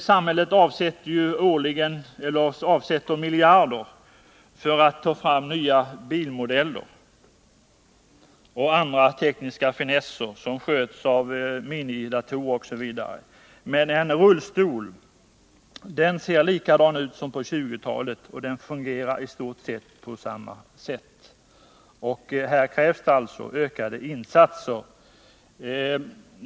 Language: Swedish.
Samhället avsätter miljarder för att ta fram nya bilmodeller och andra tekniska finesser, som sköts av minidatorer osv., men en rullstol ser likadan ut som på 1920-talet och fungerar i stort sett på samma sätt. Här krävs alltså ökade insatser.